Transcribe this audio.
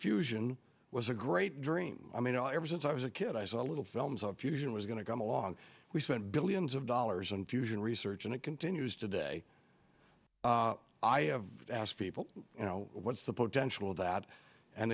fusion was a great dream i mean ever since i was a kid i saw little films of fusion was going to come along we spent billions of dollars on fusion research and it continues today i have asked people you know what's the potential of that and